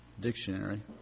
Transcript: dictionary